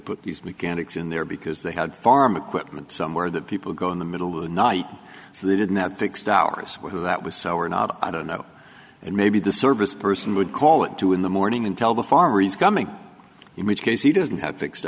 put these mechanics in there because they had farm equipment somewhere that people go in the middle of the night so they didn't have fixed hours where that was so or not i don't know and maybe the service person would call at two in the morning and tell the farmer he's coming in which case he doesn't have fixed